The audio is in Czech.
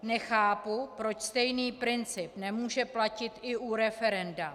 Nechápu, proč stejný princip nemůže platit i u referenda.